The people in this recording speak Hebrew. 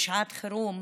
לשעת חירום